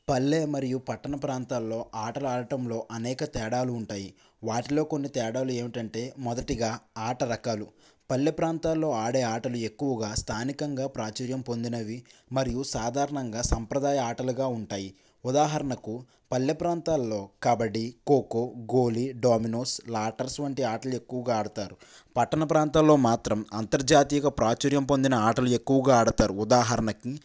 పల్లె మరియు పట్టణ ప్రాంతాల్లో ఆటలాడటంలో అనేక తేడాలు ఉంటాయి వాటిలో కొన్ని తేడాలు ఏమిటంటే మొదటిగా ఆట రకాలు పల్లె ప్రాంతాల్లో ఆడే ఆటలు ఎక్కువగా స్థానికంగా ప్రాచుర్యం పొందినవి మరియు సాధారణంగా సంప్రదాయ ఆటలుగా ఉంటాయి ఉదాహరణకు పల్లె ప్రాంతాల్లో కబడ్డీ ఖోఖో గోలి డామినోస్ లాటర్స్ వంటి ఆటలు ఎక్కువగా ఆడతారు పట్టణ ప్రాంతాల్లో మాత్రం అంతర్జాతీయగా ప్రాచుర్యం పొందిన ఆటలు ఎక్కువగా ఆడతారు ఉదాహరణకి